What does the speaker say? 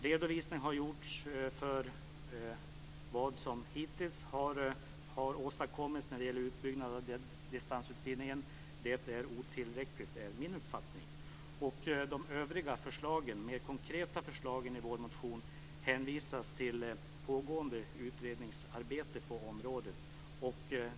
Redovisning har gjorts av vad som hittills åstadkommits när de gäller utbyggnaden av distansutbildningen. Det är otillräckligt enligt min uppfattning. Beträffande de övriga mer konkreta förslagen i vår motion hänvisas till pågående utredningsarbete på området.